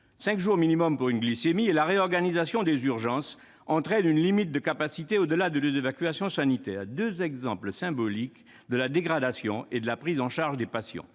cinq jours minimum pour une glycémie -et la réorganisation des urgences entraîne une limite de capacité au-delà de deux évacuations sanitaires. Voilà deux exemples symboliques de la dégradation de la prise en charge des patients.